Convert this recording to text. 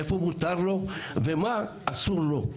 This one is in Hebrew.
איפה מותר לו ומה אסור לו,